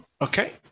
Okay